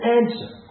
answer